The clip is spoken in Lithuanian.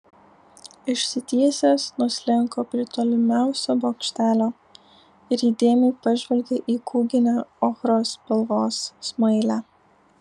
išsitiesęs nuslinko prie tolimiausio bokštelio ir įdėmiai pažvelgė į kūginę ochros spalvos smailę